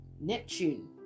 Neptune